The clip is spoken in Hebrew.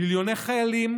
מיליוני חיילים